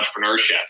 entrepreneurship